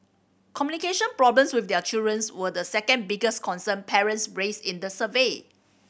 communication problems with their children's were the second biggest concern parents raised in the survey